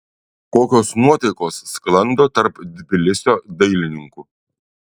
kokios nuotaikos sklando tarp tbilisio dailininkų